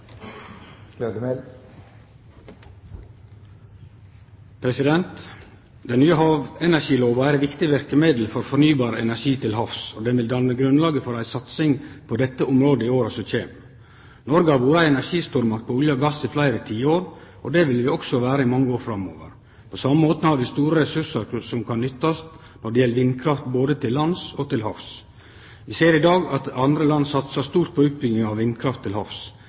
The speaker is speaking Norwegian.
debatten. Den nye havenergilova er eit viktig verkemiddel for fornybar energi til havs, og den vil danne grunnlaget for ei satsing på dette området i åra som kjem. Noreg har vore ei energistormakt på olje og gass i fleire tiår, og det vil vi også vere i mange år framover. På same måten har vi store ressursar som kan utnyttast når det gjeld vindkraft både til lands og til havs. Vi ser i dag at andre land satsar stort på utbygging av vindkraft til havs.